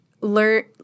learn